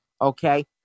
okay